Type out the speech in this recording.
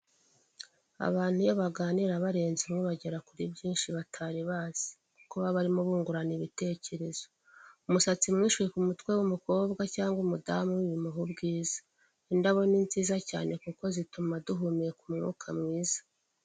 Abantu iyo baganira barenze umwe bagera kuri byinshi batari bazi kuko barimo bungurana ibitekerezo umusatsi mwinshi uri ku mutwe w'umukobwa cyangwa umudamu bimuha ubwiza, indabo ni nziza cyane kuko zituma duhumeka umwuka mwiza.